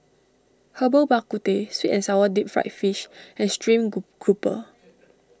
Herbal Bak Ku Teh Sweet and Sour Deep Fried Fish and Stream Grouper